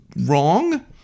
wrong